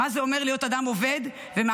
מה זה אומר להיות אדם עובד ומעסיקים,